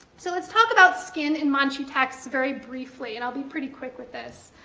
so let's talk about skin in manchu texts very briefly, and i'll be pretty quick with this.